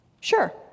Sure